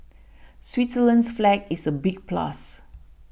Switzerland's flag is a big plus